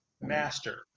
master